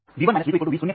तो V 1 V 2 V शून्य